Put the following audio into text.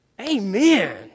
Amen